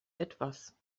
etwas